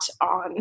on